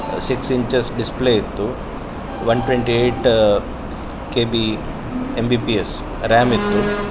six inches display ಇತ್ತು one twenty eight K B M B P S RAM ಇತ್ತು